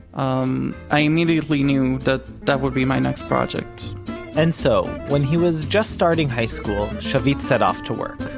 um i immediately knew that that would be my next project and so, when he was just starting high-school, shavit set off to work.